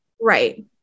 Right